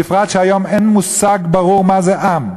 בפרט שהיום אין מושג ברור מה זה עם,